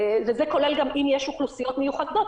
זה כולל גם אם יש אוכלוסיות מיוחדות,